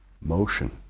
motion